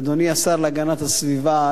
אדוני השר להגנת הסביבה,